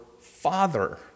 Father